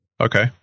Okay